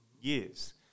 years